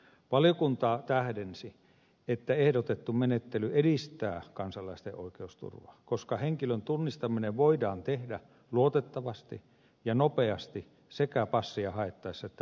valiokunta tähdensi että ehdotettu menettely edistää kansalaisten oikeusturvaa koska henkilön tunnistaminen voidaan tehdä luotettavasti ja nopeasti sekä passia haettaessa että muissa tilanteissa